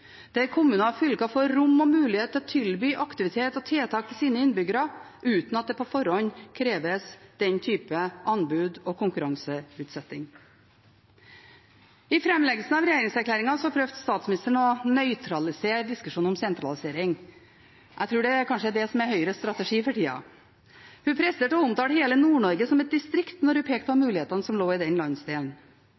der kommuner og fylker får rom og mulighet til å tilby aktivitet og tiltak til sine innbyggere uten at det på forhånd kreves den type anbud og konkurranseutsetting. I framleggelsen av regjeringserklæringen prøvde statsministeren å nøytralisere diskusjonen om sentralisering. Jeg tror kanskje det er det som er Høyres strategi for tida. Hun presterte å omtale hele Nord-Norge som et distrikt da hun pekte på